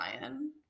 Ryan